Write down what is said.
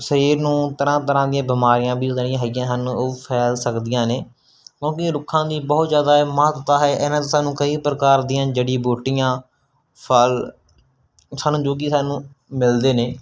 ਸਰੀਰ ਨੂੰ ਤਰ੍ਹਾਂ ਤਰ੍ਹਾਂ ਦੀਆਂ ਬਿਮਾਰੀਆਂ ਵੀ ਜਿਹੜੀਆਂ ਹੈਗੀਆਂ ਸਨ ਉਹ ਫੈਲ ਸਕਦੀਆਂ ਨੇ ਕਿਉਂਕਿ ਰੁੱਖਾਂ ਦੀ ਬਹੁਤ ਜ਼ਿਆਦਾ ਇਹ ਮਹੱਤਤਾ ਹੈ ਇਨ੍ਹਾਂ ਤੋਂ ਸਾਨੂੰ ਕਈ ਪ੍ਰਕਾਰ ਦੀਆਂ ਜੜ੍ਹੀ ਬੂਟੀਆਂ ਫ਼ਲ ਸਾਨੂੰ ਜੋ ਕਿ ਸਾਨੂੰ ਮਿਲਦੇ ਨੇ